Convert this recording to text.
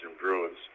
Bruins